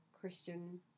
Christian